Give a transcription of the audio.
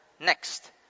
next